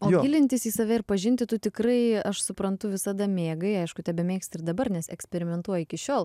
o gilintis į save ir pažinti tu tikrai aš suprantu visada mėgai aišku tebemėgsti ir dabar nes eksperimentuoji iki šiol